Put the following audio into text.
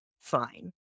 fine